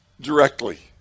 directly